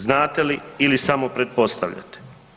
Znate li ili samo pretpostavljate?